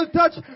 touch